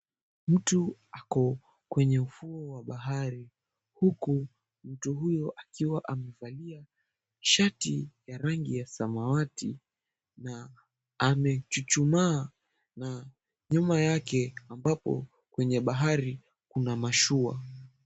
Mtu ako kwenye ufuo wa bahari, huku mtu huyo akiwa amevalia shati ya rangi ya samawati na amechuchumaa na nyuma yake ambapo kwenye bahari kuna mashua.